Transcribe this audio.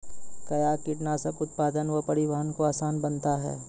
कया कीटनासक उत्पादन व परिवहन को आसान बनता हैं?